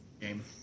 game